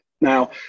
Now